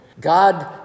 God